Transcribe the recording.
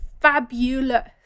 fabulous